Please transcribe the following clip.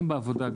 גם בעבודה,